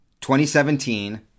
2017